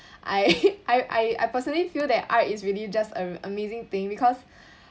I I I I personally feel that art is really just uh an amazing thing because